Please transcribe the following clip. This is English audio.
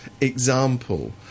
example